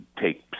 take